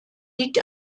liegt